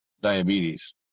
diabetes